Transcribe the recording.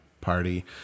party